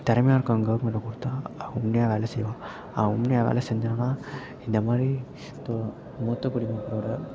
திறமையா இருக்கிறவங்க கவர்மெண்ட் வேலை கொடுத்தா அவன் உண்மையாக வேலை செய்வான் அவன் உண்மையாக வேலை செஞ்சான்னால் இந்த மாதிரி தொ மூத்தக் குடிமக்களோடய